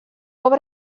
obra